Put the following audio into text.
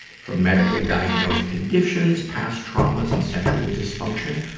from medically-diagnosed conditions, past traumas and sexual dysfunction,